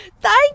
thank